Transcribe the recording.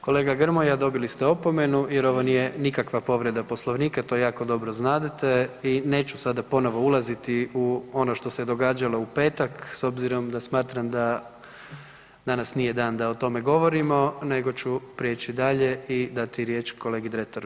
Kolega Grmoja, dobili ste opomenu jer ovo nije nikakva povreda Poslovnika, to jako dobro znadete i neću sada ponovo ulaziti u ono što se događalo u petak, s obzirom da smatram da danas nije dan da o tome govorimo nego ću prijeći dalje i dati riječ kolegi Dretaru.